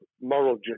moral